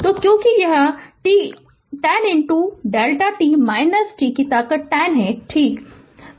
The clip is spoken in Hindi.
तो क्योंकि यह 10 Δ t - कि ताकत 10 है ठीक है